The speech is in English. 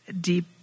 Deep